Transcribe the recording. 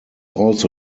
also